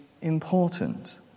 important